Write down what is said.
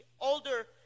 older